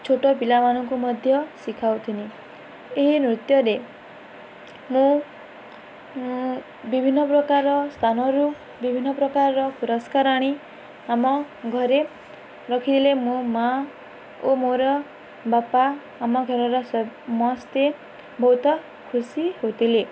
ଛୋଟ ପିଲାମାନଙ୍କୁ ମଧ୍ୟ ଶିଖାଉଥିନି ଏହି ନୃତ୍ୟରେ ମୁଁ ବିଭିନ୍ନ ପ୍ରକାର ସ୍ଥାନରୁ ବିଭିନ୍ନ ପ୍ରକାରର ପୁରସ୍କାର ଆଣି ଆମ ଘରେ ରଖିଥିଲେେ ମୋ ମାଆ ଓ ମୋର ବାପା ଆମ ଘରର ସମସ୍ତେ ବହୁତ ଖୁସି ହଉଥିଲେ